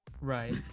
Right